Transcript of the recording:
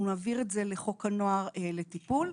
אנחנו נעביר את זה לחוק הנוער לטיפול.